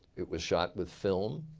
it was shot with film.